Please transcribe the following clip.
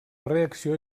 reacció